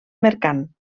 mercant